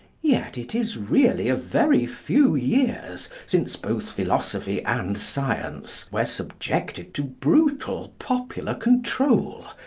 yet it is really a very few years since both philosophy and science were subjected to brutal popular control,